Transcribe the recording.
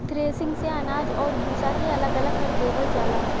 threshing से अनाज आउर भूसा के अलग अलग कर देवल जाला